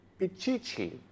Pichichi